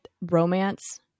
romance